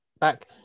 Back